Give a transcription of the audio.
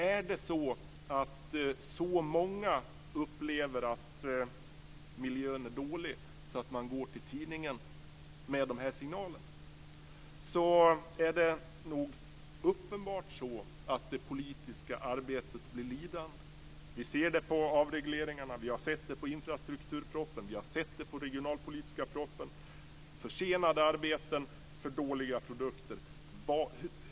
Om det är väldigt många som upplever att miljön är så dålig att man går till en tidning med de signalerna är det uppenbart så att det politiska arbetet blir lidande. Vi ser det på avregleringarna, och vi har sett det på infrastrukturpropositionen och på den regionalpolitiska propositionen - försenade arbeten och för dåliga produkter.